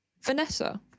Vanessa